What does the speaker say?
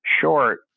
short